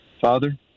Father